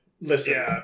Listen